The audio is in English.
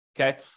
okay